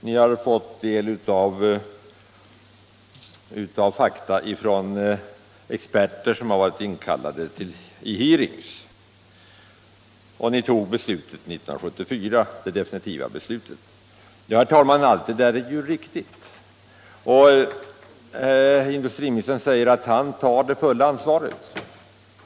Ni har fått del av fakta från experter som har varit inkallade till hearings. Och ni tog det definitiva beslutet 1974.” Allt det där, herr talman, är ju riktigt. Industriministern framhåller att han tar det fulla ansvaret.